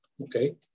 Okay